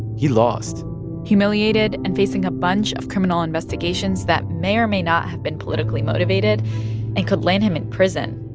he lost humiliated and facing a bunch of criminal investigations that may or may not have been politically motivated and could land him in prison,